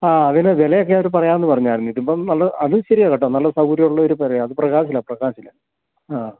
ആ അതിന് വില ഒക്കെ അവർ പറയാമെന്ന് പറഞ്ഞായിരുന്നു ഇതിപ്പം അത് അത് ശരിയാണ് കേട്ടോ നല്ല സൗകര്യം ഉള്ള ഒരു പെരയാണ് അത് പ്രകാശ് പ്രകാശ് ആ